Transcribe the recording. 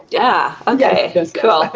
yeah, okay, cool.